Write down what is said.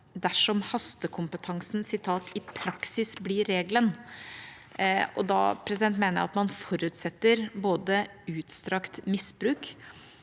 dersom hastekompetansen «i praksis blir regelen» – og da mener jeg at man forutsetter utstrakt misbruk,